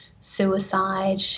suicide